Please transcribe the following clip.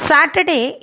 Saturday